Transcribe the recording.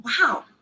wow